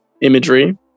imagery